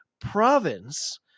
province